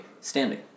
standing